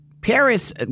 Paris